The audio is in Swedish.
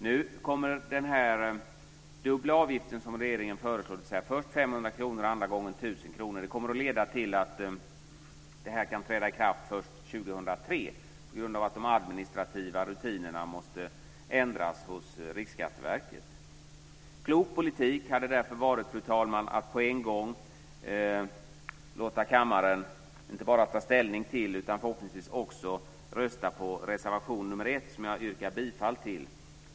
Nu kommer den dubbla avgift som regeringen föreslår, först 500 kr och andra gången 1 000 kr, att leda till att det här kan träda i kraft först 2003 på grund av att de administrativa rutinerna måste ändras hos Riksskatteverket. Klok politik hade därför varit, fru talman, att på en gång låta kammaren inte bara ta ställning till utan förhoppningsvis också rösta på reservation nr 1, som jag yrkar bifall till.